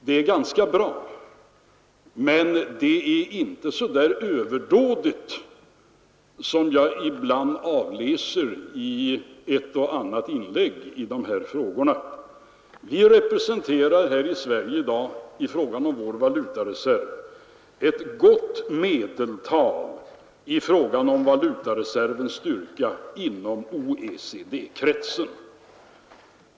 Det är ganska bra, men det är inte så överdådigt som jag ibland läser ut av ett och annat inlägg i dessa frågor. Vi här i Sverige representerar i dag ett gott medeltal i fråga om valutareservens styrka inom OECD-kretsen.